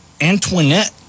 Antoinette